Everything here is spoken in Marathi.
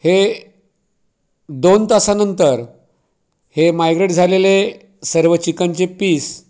हे दोन तासानंतर हे मायग्रेट झालेले सर्व चिकनचे पीस